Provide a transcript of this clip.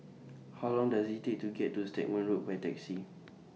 How Long Does IT Take to get to Stagmont Road By Taxi